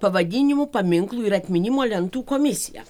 pavadinimų paminklų ir atminimo lentų komisija